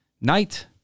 night